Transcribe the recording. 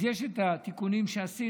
אז יש את התיקונים שעשינו,